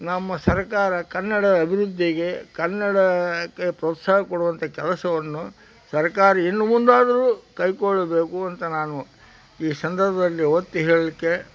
ನಮ್ಮ ಸರಕಾರ ಕನ್ನಡ ಅಭಿವೃದ್ಧಿಗೆ ಕನ್ನಡಕ್ಕೆ ಪ್ರೋತ್ಸಾಹ ಕೊಡುವಂಥ ಕೆಲಸವನ್ನು ಸರಕಾರ ಇನ್ನೂ ಮುಂದಾದರೂ ಕೈಗೊಳ್ಳಬೇಕು ಅಂತ ನಾನು ಈ ಸಂದರ್ಭದಲ್ಲಿ ಒತ್ತಿ ಹೇಳಲಿಕ್ಕೆ